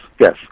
yes